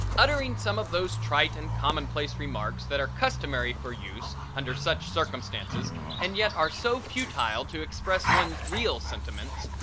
uttering some of those trite and commonplace remarks that are customary for use under such circumstances and yet are so futile to express one's real sentiments,